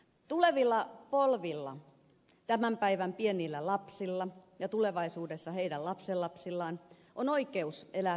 tulevilla polvilla tämän päivän pienillä lapsilla ja tulevaisuudessa heidän lapsenlapsillaan on oikeus elää turvallista elämää